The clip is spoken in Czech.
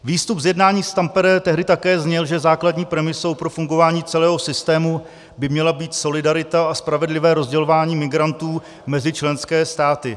Výstup z jednání v Tampere tehdy také zněl, že základní premisou pro fungování celého systému by měla být solidarita a spravedlivé rozdělování migrantů mezi členské státy.